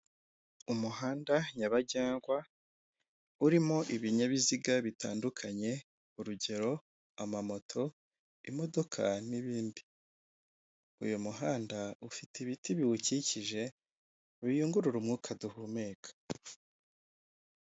Umuhanda nyabagendwa urimo ibinyabiziga bitandukanye, urugero; amamoto, imodoka n'ibindi. Uyu muhanda ufite ibiti biwukikije, biyungurura umwuka duhumeka.